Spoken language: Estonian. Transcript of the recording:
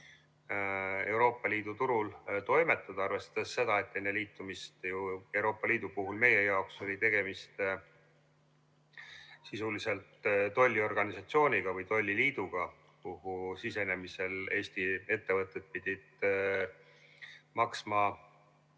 Euroopa Liidu turul toimetada, arvestades seda, et enne liitumist ju Euroopa Liidu puhul oli meie jaoks tegemist sisuliselt tolliorganisatsiooni või tolliliiduga, kuhu sisenemisel Eesti ettevõtted pidid maksma